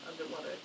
underwater